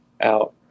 out